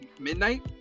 midnight